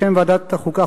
בשם ועדת החוקה,